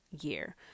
year